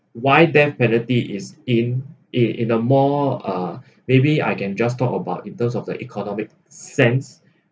why death penalty is in a in a more uh maybe I can just talk about in terms of the economic sense